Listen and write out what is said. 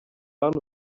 hano